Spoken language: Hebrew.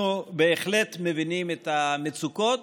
אנחנו בהחלט מבינים את המצוקות.